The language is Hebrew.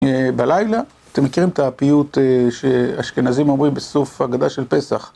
בלילה, אתם מכירים את הפיוט שאשכנזים אומרים בסוף הגדה של פסח?